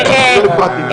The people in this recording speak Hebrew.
אני לא הפרעתי לה.